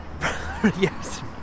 Yes